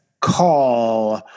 call